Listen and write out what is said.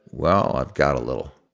well, i've got a little.